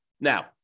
Now